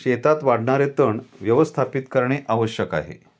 शेतात वाढणारे तण व्यवस्थापित करणे आवश्यक आहे